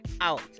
out